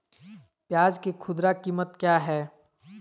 प्याज के खुदरा कीमत क्या है?